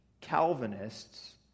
Calvinists